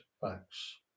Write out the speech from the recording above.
facts